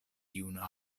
juna